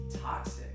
toxic